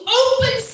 open